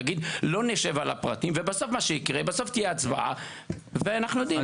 לא נשב על הפרטים ובסוף תהיה הצבעה ואנחנו יודעים את התוצאה.